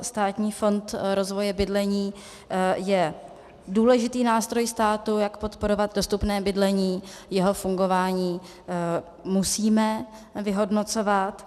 Státní fond rozvoje bydlení je důležitý nástroj státu, jak podporovat dostupné bydlení, jeho fungování musíme vyhodnocovat.